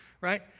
right